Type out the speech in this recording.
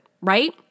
right